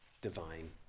divine